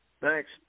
Thanks